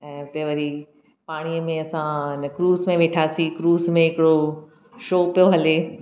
ऐं हुते वरी पाणीअ में असां हिन क्रूज़ में वेठासीं क्रूज़ में हिकिड़ो शो पियो हले